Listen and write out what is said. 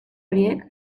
horiek